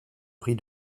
prix